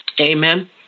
Amen